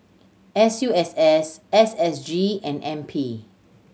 S U S S S S G and N P